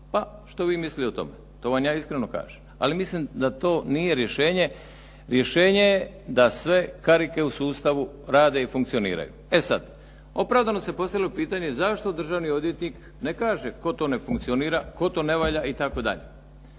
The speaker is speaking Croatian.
pa što vi mislili o tome. To vam ja iskreno kažem. Ali mislim da to nije rješenje. Rješenje je da sve karike u sustavu rade i funkcioniraju. E sada, opravdano se postavilo pitanje zašto državni odvjetnik ne kaže tko to ne funkcionira, tko to ne valja itd.